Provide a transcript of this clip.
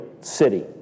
city